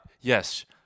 Yes